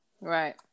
right